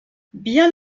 bien